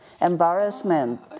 embarrassment